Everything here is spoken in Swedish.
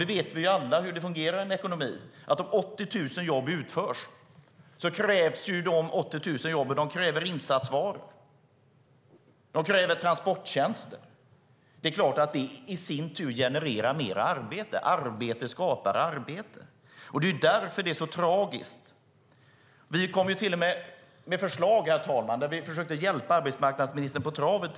Vi vet alla hur det fungerar i en ekonomi, nämligen att om 80 000 jobb utförs kräver dessa 80 000 jobb insatsvaror, och de kräver transporttjänster. Det är klart att det i sin tur genererar mer arbete. Arbete skapar arbete. Det är därför som det är så tragiskt. Vi kom till och med tidigare i år med förslag, där vi försökte hjälpa arbetsmarknadsministern på traven.